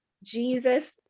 Jesus